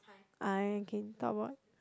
I can talk about